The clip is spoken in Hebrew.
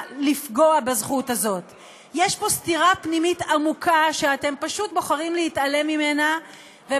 הצעת החוק הזאת אמורה לתת כלים למדינת ישראל כדי להתמודד עם התופעה של